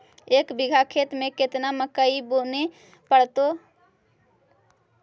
एक बिघा खेत में केतना मकई बुने पड़तै?